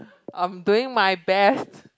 I'm doing my best